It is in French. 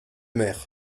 mer